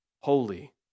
holy